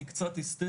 היא קצת היסטריה,